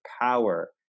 power